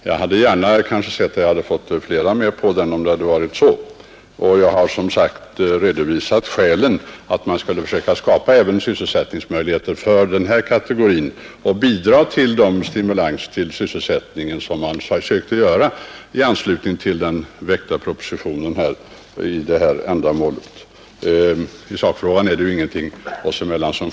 Jag hade gärna sett att jag fått flera namn på den, och jag har som sagt redovisat skälen, nämligen att man skulle försöka skapa sysselsättningsmöjligheter även för den här kategorin av människor och bidra till den stimulans för sysselsättningen som man försökte åstadkomma i anslutning till proposition nr 140. I sakfrågan är det ingenting som skiljer oss åt.